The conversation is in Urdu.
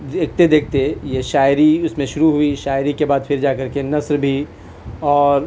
دیکھتے دیکھتے یہ شاعری اس میں شروع ہوئی شاعری کے بعد پھر جا کر کے نثر بھی اور